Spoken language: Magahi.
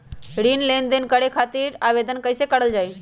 ऋण लेनदेन करे खातीर आवेदन कइसे करल जाई?